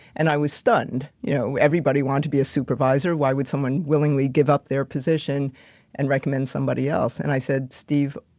and i was stunned. you know, everybody wants to be a supervisor, why would someone willingly give up their position and recommend somebody else? and i said, steve,